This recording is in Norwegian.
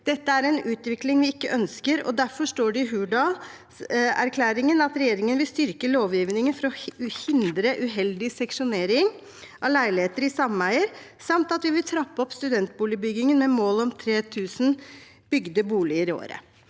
Dette er en utvikling vi ikke ønsker, og derfor står det i Hurdalsplattformen at regjeringen vil styrke lovgivningen for å hindre uheldig seksjonering av leiligheter i sameier samt at vi vil trappe opp studentboligbyggingen med mål om 3 000 bygde boliger i året.